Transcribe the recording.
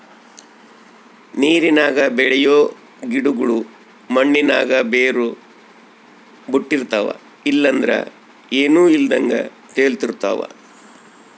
ನೀರಿನಾಗ ಬೆಳಿಯೋ ಗಿಡುಗುಳು ಮಣ್ಣಿನಾಗ ಬೇರು ಬುಟ್ಟಿರ್ತವ ಇಲ್ಲಂದ್ರ ಏನೂ ಇಲ್ದಂಗ ತೇಲುತಿರ್ತವ